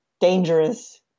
dangerous